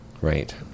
Right